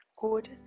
good